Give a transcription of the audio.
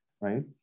right